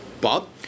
Bob